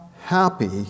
happy